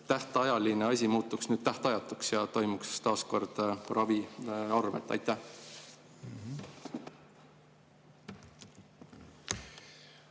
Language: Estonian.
tähtajaline asi muutuks nüüd tähtajatuks ja toimuks taas kord ravi arvelt?